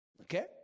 Okay